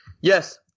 Yes